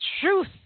truth